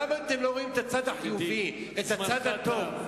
למה אתם לא רואים את הצד החיובי, את הצד הטוב?